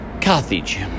Carthage